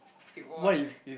it was